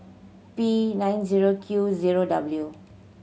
P nine zero Q zero W